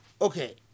Okay